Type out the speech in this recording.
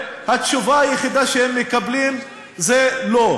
התשובה היחידה שהם מקבלים זה "לא"